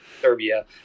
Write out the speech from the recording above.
serbia